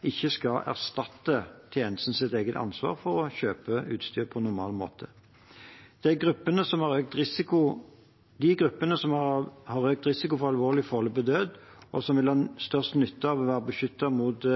ikke skal erstatte tjenestens eget ansvar for å kjøpe utstyr på normal måte. Det er de gruppene som har økt risiko for alvorlig forløp og død, som vil ha størst nytte av å være beskyttet mot